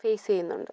face ചെയ്യുന്നുണ്ട്